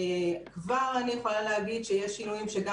אני כבר יכולה לומר שיש שינויים שגם